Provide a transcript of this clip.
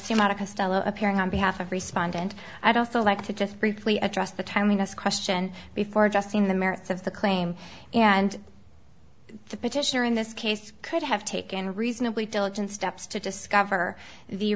thematic castello appearing on behalf of respondent i'd also like to just briefly address the timing us question before addressing the merits of the claim and the petitioner in this case could have taken reasonably diligent steps to discover the